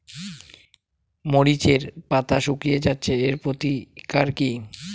মরিচের পাতা শুকিয়ে যাচ্ছে এর প্রতিকার কি?